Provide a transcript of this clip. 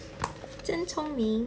真聪明